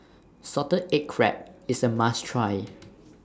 Salted Egg Crab IS A must Try